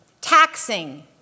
taxing